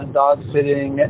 dog-sitting